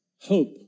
hope